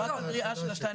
לא, רק הגריעה של ה-2.45%,